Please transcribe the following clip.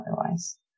otherwise